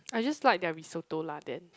I just like their risotto lah then